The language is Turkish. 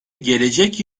gelecek